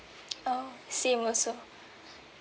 oh same also